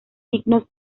signos